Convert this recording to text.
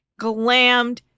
glammed